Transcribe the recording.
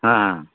ᱦᱮᱸ